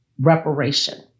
reparation